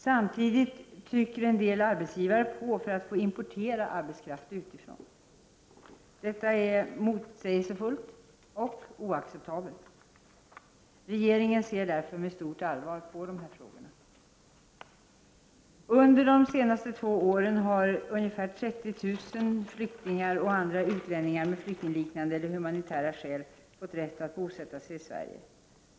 Samtidigt trycker en del arbetsgivare på för att få importera arbetskraft utifrån. Detta är motsägelsefullt och oacceptabelt. Regeringen ser därför med stort allvar på dessa frågor. Under de två senaste åren har ca 30 000 flyktingar och andra utlänningar med flyktingliknande eller humanitära skäl fått rätt att bosätta sig i Sverige.